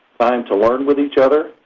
time to learn with each other,